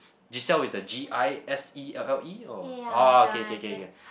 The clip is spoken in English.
Giselle with the G_I_S_E_L_L_E or orh okay okay okay okay